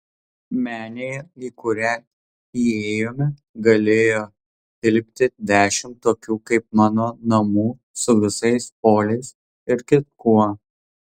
menėje į kurią įėjome galėjo tilpti dešimt tokių kaip mano namų su visais poliais ir kitkuo